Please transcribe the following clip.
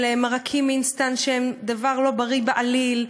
מרקים אינסטנט שהם דבר לא בריא בעליל,